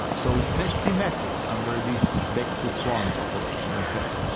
ah so that's symmetric under this back-to-front operation and so on.